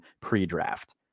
pre-draft